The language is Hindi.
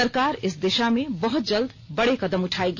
सरकार इस दिशा में बहत जल्द बड़े कदम उठाएगी